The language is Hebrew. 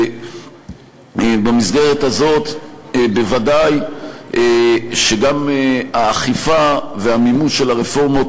במסגרת הזאת ודאי שגם האכיפה והמימוש של הרפורמות